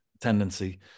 tendency